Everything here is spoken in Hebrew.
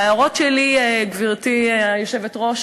ההערות שלי, גברתי היושבת-ראש,